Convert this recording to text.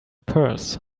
purse